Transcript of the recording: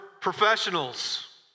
professionals